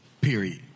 Period